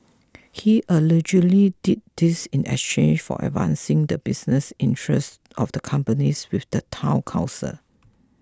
he allegedly did this in exchange for advancing the business interests of the companies with the Town Council